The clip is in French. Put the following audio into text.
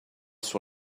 sur